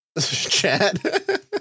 chat